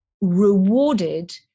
rewarded